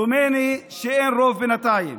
דומני שאין רוב בינתיים.